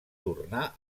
tornar